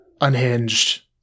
unhinged